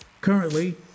Currently